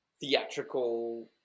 theatrical